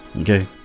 Okay